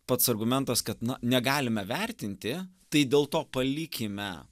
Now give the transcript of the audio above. pats argumentas kad negalime vertinti tai dėl to palikime